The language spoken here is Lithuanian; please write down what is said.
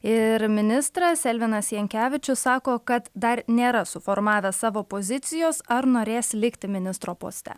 ir ministras elvinas jankevičius sako kad dar nėra suformavęs savo pozicijos ar norės likti ministro poste